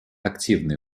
активные